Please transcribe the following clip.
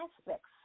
aspects